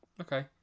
Okay